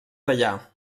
tallar